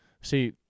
see